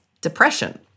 depression